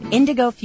Indigo